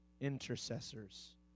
Intercessors